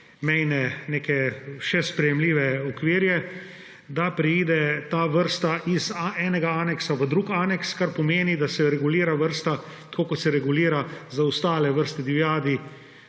mejne, še sprejemljive okvire, preide ta vrsta iz enega aneksa v drug aneks, kar pomeni, da se vrsta regulira tako, kot se regulira za ostale vrste divjadi,